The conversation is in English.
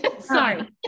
Sorry